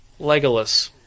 Legolas